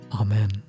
Amen